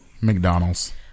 McDonald's